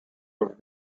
los